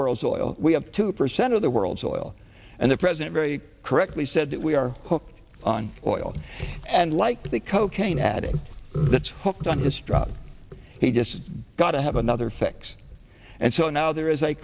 world's oil we have two percent of the world's oil and the president very correctly said that we are hooked on oil and like the cocaine addict that's hooked on the strop he just got to have another fix and so now there is a